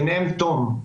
בניהם גם תום,